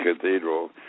Cathedral